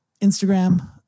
Instagram